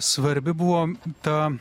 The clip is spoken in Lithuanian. svarbi buvo ta